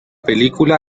película